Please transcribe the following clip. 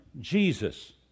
Jesus